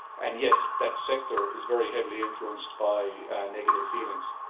and yet, that sector is very heavily influenced by negative feelings.